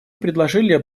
предложили